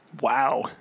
Wow